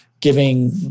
giving